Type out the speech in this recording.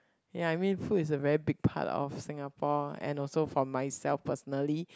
ya I mean food is a very big part of Singapore and also for myself personally